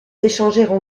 échangèrent